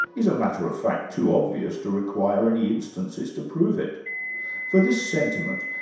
is a matter of fact too obvious to require any instances to prove it for this sentiment,